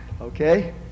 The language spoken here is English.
Okay